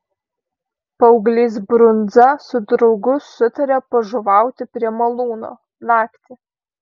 paauglys brundza su draugu sutarė pažuvauti prie malūno naktį